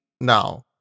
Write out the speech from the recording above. now